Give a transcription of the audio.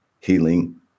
healing